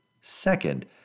Second